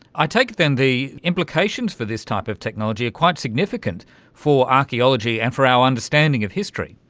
i take it then the implications for this type of technology are quite significant for archaeology and for our understanding of history.